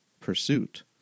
pursuit